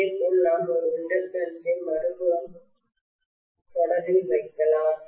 இதேபோல் நான் ஒரு இண்டக்டன்ஸ் ஐ மறுபுறத்தில் தொடரில் வைக்கலாம்